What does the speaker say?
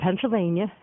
Pennsylvania